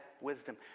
wisdom